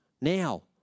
now